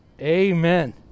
Amen